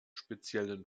speziellen